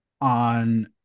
on